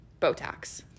Botox